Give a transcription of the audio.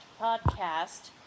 podcast